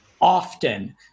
often